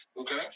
Okay